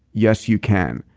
yes you can.